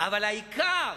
אבל העיקר,